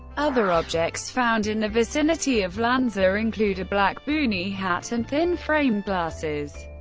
other objects found in the vicinity of lanza include a black boonie hat and thin frame glasses.